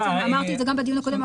אני אמרתי את זה גם בדיון הקודם,